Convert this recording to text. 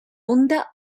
onda